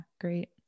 Great